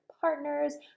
partners